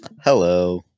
Hello